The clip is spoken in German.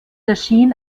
erschien